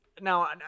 now